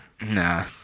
Nah